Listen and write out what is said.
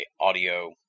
Audio